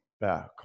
Back